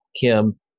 Kim